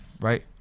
right